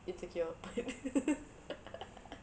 insecure